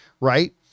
right